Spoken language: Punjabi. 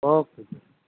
ਓਕੇ ਜੀ